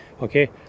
Okay